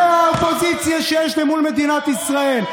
זו האופוזיציה שיש מול מדינת ישראל.